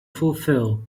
fulfill